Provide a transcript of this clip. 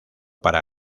para